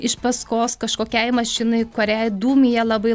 iš paskos kažkokiai mašinai kuriai dūmija labai